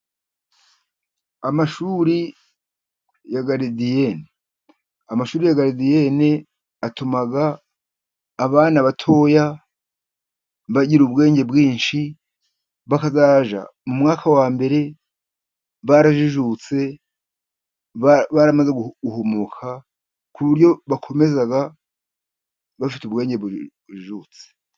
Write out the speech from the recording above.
Amashuri ya garidiyene. Amashuri ya garidiyene atuma abana batoya bagira ubwenge bwinshi, bakazajya mu mwaka wa mbere barajijutse baramaze guhumuka, ku buryo bakomeza bafite ubwonko bujijutse.